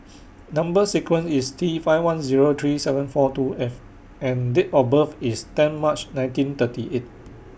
Number sequence IS T five one Zero three seven four two F and Date of birth IS ten March nineteen thirty eight